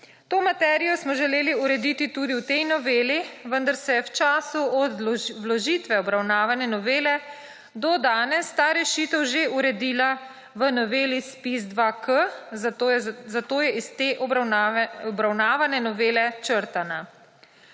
To materijo smo želeli urediti tudi v tej noveli, vendar se je v času od vložitve obravnavane novele do danes ta rešitev že uredila v noveli ZPIZ-2K, zato je iz te obravnavane novele črtana.